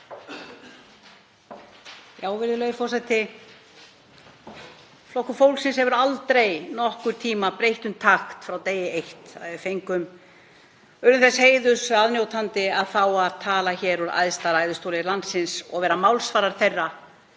Virðulegi forseti. Flokkur fólksins hefur aldrei nokkurn tíma breytt um takt frá degi eitt, þegar við urðum þess heiðurs aðnjótandi að fá að tala hér úr æðsta ræðustóli landsins og vera málsvarar þeirra